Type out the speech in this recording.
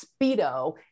Speedo